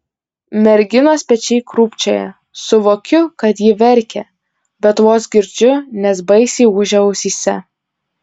merginos pečiai krūpčioja suvokiu kad ji verkia bet vos girdžiu nes baisiai ūžia ausyse